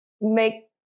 make